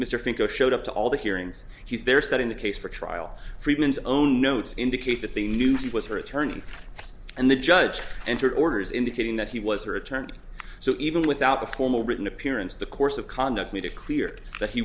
mr fink i showed up to all the hearings he's there setting the case for trial friedman's own notes indicate that they knew he was her attorney and the judge entered orders indicating that he was her attorney so even without a formal written appearance the course of conduct made it clear that he